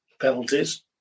Penalties